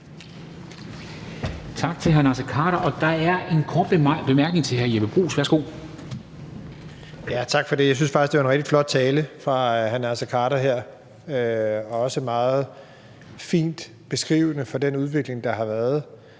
Tak til hr. Naser Khader. Der er en kort bemærkning til hr. Jeppe Bruus. Værsgo. Kl. 13:01 Jeppe Bruus (S): Tak for det. Jeg synes faktisk, det var en rigtig flot tale af hr. Naser Khader. Det var også en meget fin beskrivelse af den udvikling, der har været.